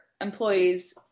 employees